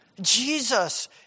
Jesus